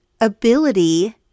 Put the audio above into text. ability